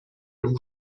vous